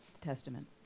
Testament